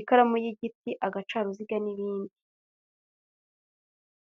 ikaramu y'igiti, agacaruziga n'ibindi.